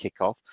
kickoff